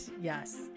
Yes